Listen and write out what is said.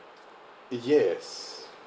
yes